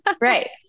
Right